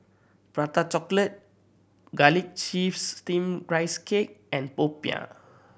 Prata Chocolate Garlic Chives Steamed Rice Cake and popiah